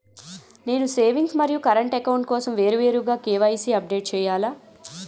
నేను సేవింగ్స్ మరియు current account కోసం వేరువేరుగా కే.వై.సీ అప్డేట్ చేయాలా?